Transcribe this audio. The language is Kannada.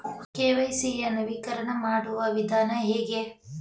ಕೆ.ವೈ.ಸಿ ಯ ನವೀಕರಣ ಮಾಡುವ ವಿಧಾನ ಹೇಗೆ?